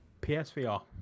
PSVR